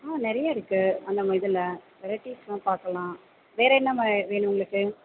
ம் நிறைய இருக்குது நம்ம இதில் வெரைட்டீஸெல்லாம் பார்க்கலாம் வேறு என்ன மாதிரி வேணும் உங்களுக்கு